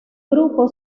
grupo